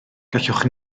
gallwch